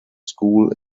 school